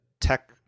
tech